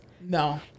no